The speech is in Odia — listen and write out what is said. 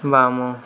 ବାମ